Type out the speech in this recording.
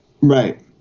Right